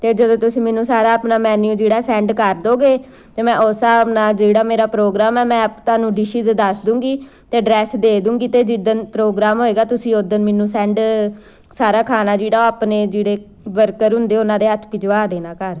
ਅਤੇ ਜਦੋਂ ਤੁਸੀਂ ਮੈਨੂੰ ਸਾਰਾ ਆਪਣਾ ਮੈਨਿਊ ਜਿਹੜਾ ਸੈਂਡ ਕਰ ਦਉਂਗੇ ਅਤੇ ਮੈਂ ਉਸ ਹਿਸਾਬ ਨਾਲ ਜਿਹੜਾ ਮੇਰਾ ਪ੍ਰੋਗਰਾਮ ਹੈ ਮੈਂ ਤੁਹਾਨੂੰ ਡਿਸ਼ਿਜ਼ ਦੱਸ ਦੂੰਗੀ ਅਤੇ ਐਡਰੈਸ ਦੇ ਦੂੰਗੀ ਅਤੇ ਜਿੱਦਣ ਪ੍ਰੋਗਰਾਮ ਹੋਏਗਾ ਤੁਸੀਂ ਉੱਦਣ ਮੈਨੂੰ ਸੈਂਡ ਸਾਰਾ ਖਾਣਾ ਜਿਹੜਾ ਆਪਣੇ ਜਿਹੜੇ ਵਰਕਰ ਹੁੰਦੇ ਉਹਨਾਂ ਦੇ ਹੱਥ ਵਿੱਚ ਭਿਜਵਾ ਦੇਣਾ ਘਰ